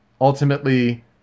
ultimately